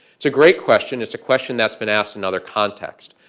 it's a great question. it's a question that's been asked in other contexts.